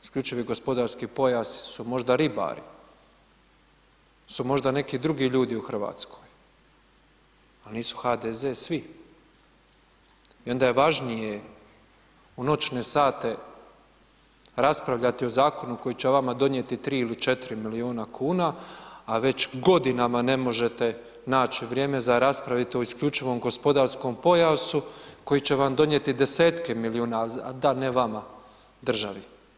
Isključivi gospodarski pojasi su možda ribari, su možda neki drugi ljudi u RH, al nisu HDZ svi i onda je važnije u noćne sate raspravljati o zakonu koji će vama donijeti 3 ili 4 milijuna kuna, a već godinama ne možete naći vrijeme za raspraviti o isključivom gospodarskom pojasu koji će vam donijeti desetke milijuna, da ne vama, državi.